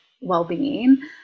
well-being